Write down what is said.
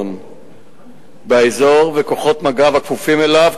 הריבון באזור וכוחות מג"ב כפופים לו,